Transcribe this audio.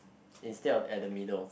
instead of at the middle